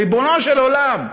ריבונו של עולם.